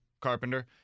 Carpenter